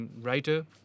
writer